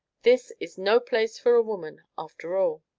this is no place for a woman, after all.